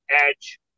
edge